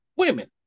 women